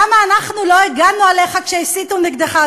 למה אנחנו לא הגנו עליך כשהסיתו נגדך,